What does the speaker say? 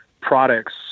products